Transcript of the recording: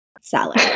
Salad